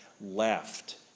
left